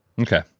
Okay